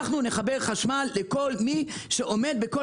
אנחנו נחבר חשמל לכל מי שעומד בכל